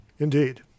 Indeed